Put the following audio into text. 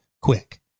quick